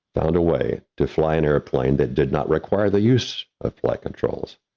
found a way to fly an airplane that did not require the use of flight controls.